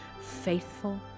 faithful